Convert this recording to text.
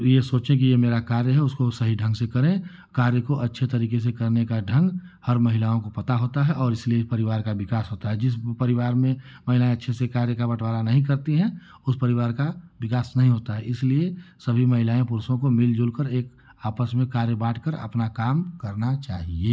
ये सोचें की ये मेरा कार्य है उसको सही ढंग से करें कार्य को अच्छे तरीके से करने का ढंग हर महिलाओं को पता होता है और इसलिए परिवार का विकास होता है जिस परिवार में महिलाएं अच्छे से कार्य का बंटवारा नहीं करती हैं उस परिवार का विकास नहीं होता है इसलिए सभी महिलाएं पुरुषों को मिलजुल कर एक आपस में कार्य बांट कर अपना काम करना चाहिए